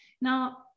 now